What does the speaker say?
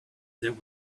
there